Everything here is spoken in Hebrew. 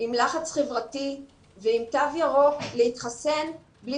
עם לחץ חברתי וגם תו ירוק להתחסן בלי